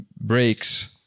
breaks